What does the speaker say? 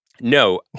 No